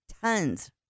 tons